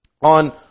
on